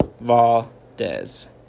Valdez